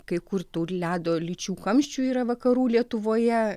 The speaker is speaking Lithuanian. kai kur tų ledo lyčių kamščių yra vakarų lietuvoje